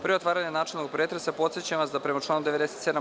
Pre otvaranja načelnog pretresa, podsećam vas da prema članu 97.